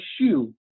shoe